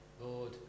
Lord